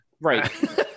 right